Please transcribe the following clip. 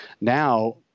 Now